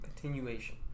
Continuation